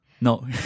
No